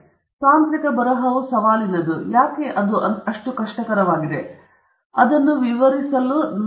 ಮತ್ತು ನಾನು ಅದನ್ನು ಮಾಡುವ ಕಾರಣ ಈ ಕಾರಣಕ್ಕಾಗಿ ನಿಖರವಾಗಿರುವುದು ನಾನು ನಿಮಗೆ ತೋರಿಸಲು ಹೋಗುತ್ತಿರುವ ಈ ಇತರ ವಿಷಯಗಳ ಬಗ್ಗೆ ನಿಮಗೆ ತಿಳಿದಿರುವುದು ತಾಂತ್ರಿಕ ಬರಹವು ಸವಾಲಿನದು